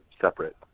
separate